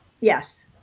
yes